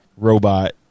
robot